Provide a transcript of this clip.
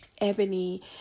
Ebony